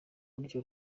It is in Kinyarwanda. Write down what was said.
burya